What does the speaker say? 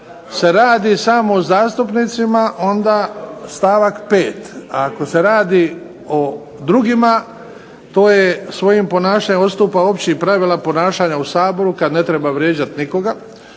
se radi samo o zastupnicima onda stavak 5., a ako se radi o drugima to je svojim ponašanjem odstupa općih pravila ponašanja u Saboru kad ne treba vrijeđat nikoga